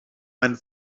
mein